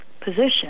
position